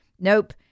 Nope